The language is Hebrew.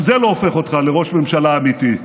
גם זה לא הופך אותך לראש ממשלה אמיתי.